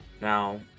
Now